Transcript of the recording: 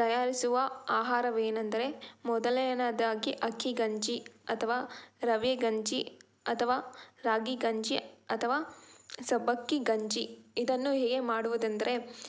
ತಯಾರಿಸುವ ಆಹಾರವೇನೆಂದರೆ ಮೊದಲನೆಯದಾಗಿ ಅಕ್ಕಿ ಗಂಜಿ ಅಥವಾ ರವೆ ಗಂಜಿ ಅಥವಾ ರಾಗಿ ಗಂಜಿ ಅಥವಾ ಸಬ್ಬಕ್ಕಿ ಗಂಜಿ ಇದನ್ನು ಹೇಗೆ ಮಾಡುವುದೆಂದರೆ